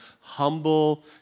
Humble